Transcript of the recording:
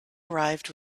arrived